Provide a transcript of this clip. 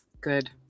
Good